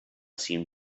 seem